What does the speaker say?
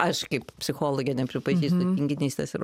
aš kaip psichologė nepripažįstu tinginystės ir